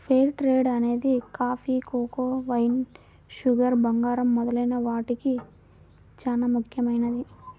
fair trade అనేది coffee, cocoa, wine, sugar, బంగారం మొదలైన వాటికి చానా ముఖ్యమైనది